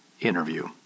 interview